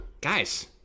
guys